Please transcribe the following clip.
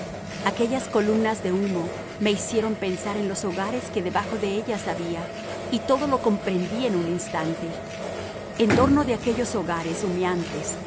aquellas columnas de humo me hicieron pensar en los hogares que debajo de ellas había y todo lo comprendí en un instante en torno de aquellos hogares humeantes